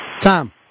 Tom